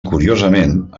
curiosament